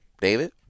David